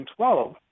2012